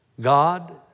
God